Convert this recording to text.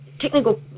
technical